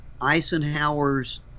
Eisenhower's